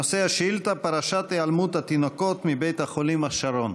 נושא השאילתה: פרשת היעלמות התינוקות מבית החולים השרון.